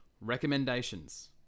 Recommendations